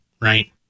right